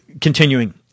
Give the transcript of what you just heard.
continuing